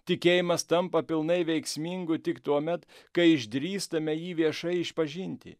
tikėjimas tampa pilnai veiksmingu tik tuomet kai išdrįstame jį viešai išpažinti